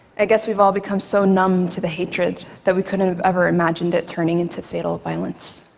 i guess we've all become so numb to the hatred that we couldn't have ever imagined it turning into fatal violence.